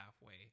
halfway